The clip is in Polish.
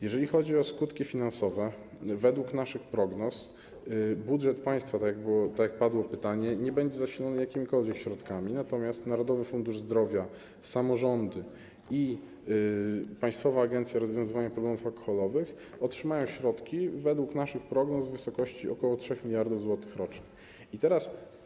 Jeżeli chodzi o skutki finansowe, według naszych prognoz budżet państwa, takie padło pytanie, nie będzie zasilany jakimikolwiek środkami, natomiast Narodowy Fundusz Zdrowia, samorządy i Państwowa Agencja Rozwiązywania Problemów Alkoholowych otrzymają środki według naszych prognoz w wysokości ok. 3 mld zł rocznie.